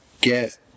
get